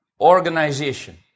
organization